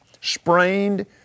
sprained